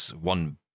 one